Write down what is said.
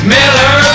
Miller